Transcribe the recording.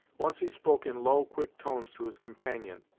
once he spoke in low, quick tones to his companion,